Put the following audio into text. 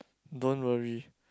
don't worry